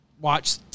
watch